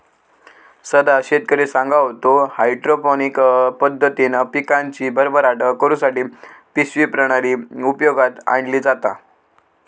सदा शेतकरी सांगा होतो, हायड्रोपोनिक पद्धतीन पिकांची भरभराट करुसाठी पिशवी प्रणाली उपयोगात आणली जाता